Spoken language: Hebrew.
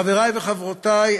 חברי וחברותי,